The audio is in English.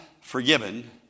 forgiven